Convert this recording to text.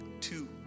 two